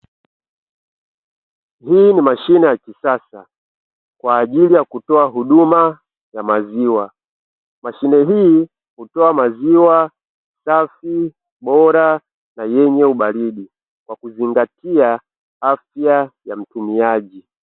Hii ni mashine ya kisasa kwa ajili ya kutoa huduma ya maziwa, mashine hii kutoa maziwa safi bora na yenye ubaridi kwa kuzingatia afya ya mtumiaji.